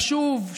חשוב,